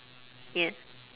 yeah